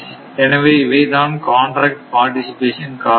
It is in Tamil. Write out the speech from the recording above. எனவே இவை தான் காண்ட்ராக்ட் பார்டிசிபேஷன் காரணிகள்